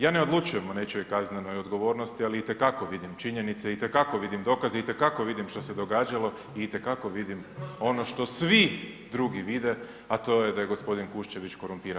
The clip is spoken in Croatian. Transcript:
Ja ne odlučujem o nečijoj kaznenoj odgovornosti, ali itekako vidim činjenice, itekako vidim dokaze, itekako vidim što se događalo i itekako vidim ono što svi drugi vide, a to je gospodin Kuščević korumpiran.